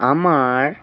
আমার